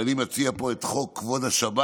ואני מציע פה את חוק כבוד השבת,